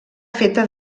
feta